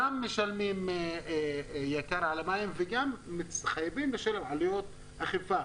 גם משלמים יקר על המים וגם חייבים לשלם הוצאות אכיפה,